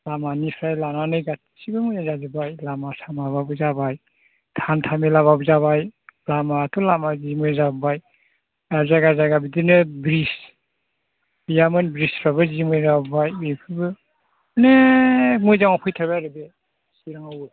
लामानिफ्राय लानानै गासैबो मोजां जाजोब्बाय लामा सामाफ्राबो जाबाय हान्थामेलाबाबो जाबाय लामायाथ' लामा जि मोजां जाबाय आरो जायगा जायगा बिदिनो ब्रिज गैयामोन ब्रिजफ्राबो जि मोजां जाबाय बेफोरबो माने मोजाङाव फैथारबाय आरो बे चिराङावबो